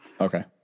Okay